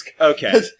Okay